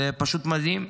זה פשוט מדהים.